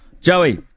Joey